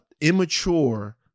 immature